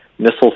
missile